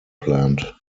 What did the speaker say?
planned